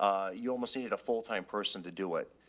um you almost needed a full time person to do it.